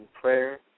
prayer